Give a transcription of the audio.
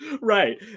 Right